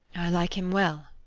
like him well.